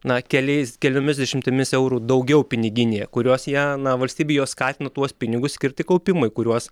na keliais keliomis dešimtimis eurų daugiau piniginėje kurios jie na valstybė juos skatina tuos pinigus skirti kaupimui kuriuos